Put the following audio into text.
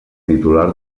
titular